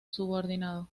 subordinado